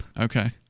Okay